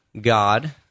God